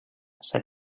said